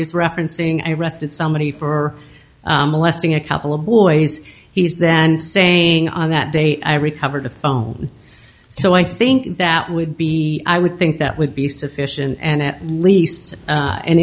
he's referencing i rested somebody for molesting a couple of boys he's then saying on that day i recovered a phone so i think that would be i would think that would be sufficient and at least a